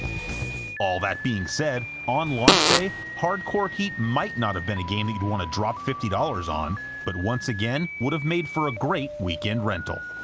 all that being said, on launch day, hardcore heat might not have been a game that you'd want to drop fifty dollars on but, once again, would have made for a great weekend rental.